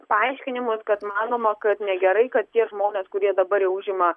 paaiškinimus kad manoma kad negerai kad tie žmonės kurie dabar jau užima